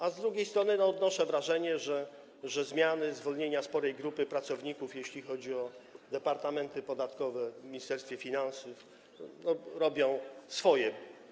A z drugiej strony odnoszę wrażenie, że zmiany, zwolnienia sporej grupy pracowników, jeśli chodzi o departamenty podatkowe w Ministerstwie Finansów, robią swoje.